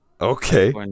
Okay